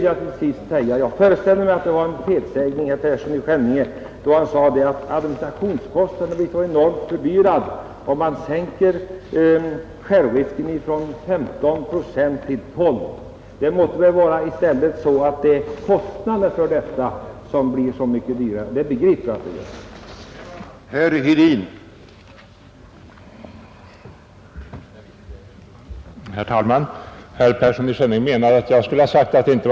Jag föreställer mig att det var en felsägning då herr Persson i Skänninge sade att administrationen blir så enormt fördyrad om man sänker självrisken från 15 procent till 12. Det måste väl i stället vara så att det är merkostnaden för den sänkta självrisken som åsyftas av herr Persson i Skänninge. Administrationskost naden torde väl bli av samma storleksordning oavsett storleken av självrisken.